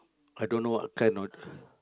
I don't know what kind one